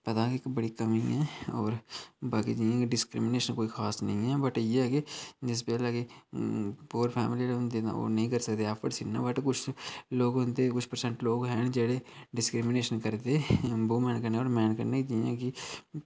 पता ऐ इक बड़ी कमी ऐ होर बाकी जियां डिस्क्रिमिनेशन कोई खास नेईं ऐ बट इ'यै ऐ कि जिस बेल्लै पूअर फैमली आह्ले होंदे ओह् नेईं करी सकदे ऐफ्ड बट लोग होंदे कुछ परसैंट लोग हैन जेह्ड़े डिस्क्रिमिनेशन करदे बुमैन कन्नै होर मैन कन्नै जियां कि